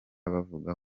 bavuga